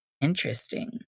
interesting